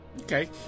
Okay